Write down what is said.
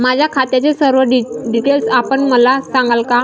माझ्या खात्याचे सर्व डिटेल्स आपण मला सांगाल का?